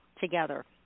together